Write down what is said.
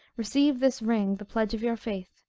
receive this ring, the pledge of your faith,